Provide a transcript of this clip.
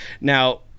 Now